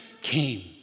came